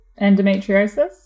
endometriosis